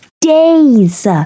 days